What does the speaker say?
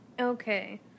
Okay